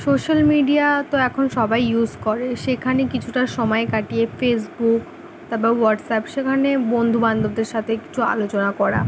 social media তো এখন সবাই ইউস করে সেখানে কিছুটা সমায় কাটিয়ে ফেসবুক তারপর হোয়াটসঅ্যাপ সেখানে বন্ধু বান্ধবদের সাথে একটু আলোচনা করা